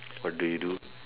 what do you do